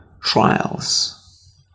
trials